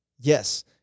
Yes